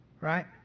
right